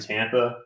Tampa –